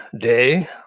day